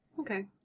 Okay